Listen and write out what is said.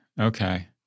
Okay